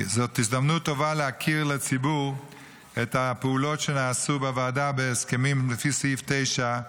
הזדמנות טובה להכיר לציבור את הפעולות שנעשו בוועדה בהסכמים לפי סעיף 9,